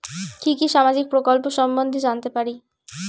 কি কি সামাজিক প্রকল্প সম্বন্ধে জানাতে পারি?